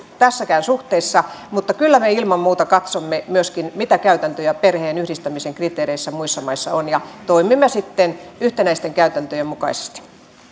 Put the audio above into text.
tässäkään suhteessa mutta kyllä me ilman muuta katsomme myöskin mitä käytäntöjä perheenyhdistämisen kriteereissä muissa maissa on ja toimimme sitten yhtenäisten käytäntöjen mukaisesti